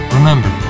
Remember